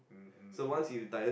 mmhmm mmhmm